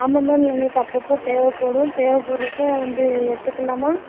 ஆமாம் மேம் எங்களுக்கு அப்பப்போ தேவைப்படும் தேவைப்பட்றப்போ வந்து எடுத்துக்கலாமா